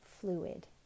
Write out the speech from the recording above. Fluid